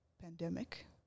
pandemic